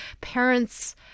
parents